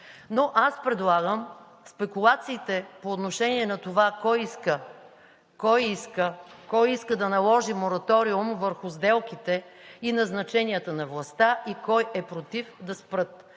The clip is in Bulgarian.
Но аз предлагам спекулациите по отношение на това кой иска да наложи мораториум върху сделките и назначенията на властта и кой е против да спрат.